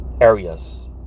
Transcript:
areas